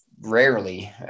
rarely